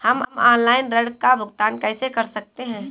हम ऑनलाइन ऋण का भुगतान कैसे कर सकते हैं?